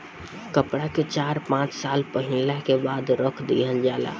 कपड़ा के चार पाँच साल पहिनला के बाद रख दिहल जाला